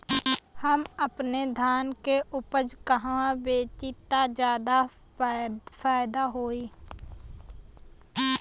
हम अपने धान के उपज कहवा बेंचि त ज्यादा फैदा होई?